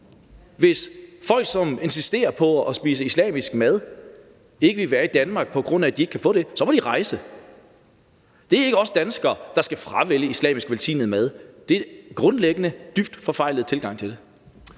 Hvis folk, som insisterer på at spise islamisk mad, ikke vil være i Danmark, på grund af at de ikke kan få det, så må de rejse. Det er ikke os danskere, der skal fravælge islamvelsignet mad; det er grundlæggende en dybt forfejlet tilgang til det.